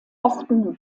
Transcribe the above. orten